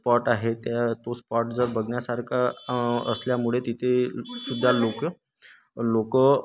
spot आहे त्या तो स्पॉट जर बघण्यासारखा असल्यामुळे तिथे सुद्धा लोक लोक